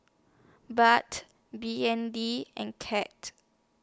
but B N D and Cat